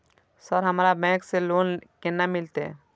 Sir हमरा bank से loan केना मिलते?